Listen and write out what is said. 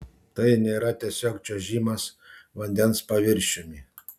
tai nėra tiesiog čiuožimas vandens paviršiumi